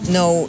no